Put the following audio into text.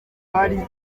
bari